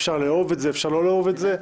אפשר לאהוב את זה, אפשר לא לאהוב את זה.